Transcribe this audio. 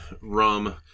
rum